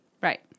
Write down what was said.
Right